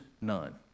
none